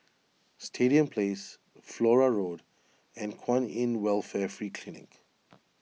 Stadium Place Flora Road and Kwan in Welfare Free Clinic